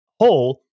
whole